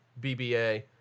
BBA